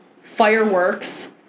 fireworks